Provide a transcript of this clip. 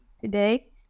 today